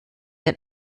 den